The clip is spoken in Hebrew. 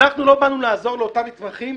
אנחנו לא באנו לעזור לאותם מתמחים.